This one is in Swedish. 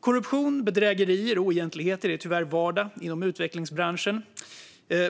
Korruption, bedrägerier och oegentligheter är tyvärr vardag inom utvecklingsbranschen,